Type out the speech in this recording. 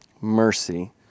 mercy